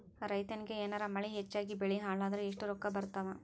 ರೈತನಿಗ ಏನಾರ ಮಳಿ ಹೆಚ್ಚಾಗಿಬೆಳಿ ಹಾಳಾದರ ಎಷ್ಟುರೊಕ್ಕಾ ಬರತ್ತಾವ?